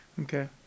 Okay